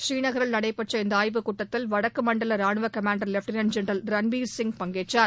புநீநகரில் நடைபெற்ற இந்த ஆய்வு கூட்டத்தில் வடக்கு மண்டல ராணுவ commander lieutenant general Ranbir Singh பங்கேற்றார்